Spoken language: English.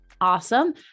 Awesome